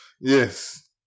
yes